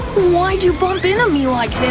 why'd you bump into me like that?